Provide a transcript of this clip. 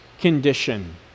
condition